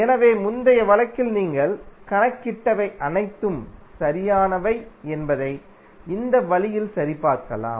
எனவே முந்தைய வழக்கில் நீங்கள் கணக்கிட்டவை அனைத்தும் சரியானவை என்பதை இந்த வழியில் சரிபார்க்கலாம்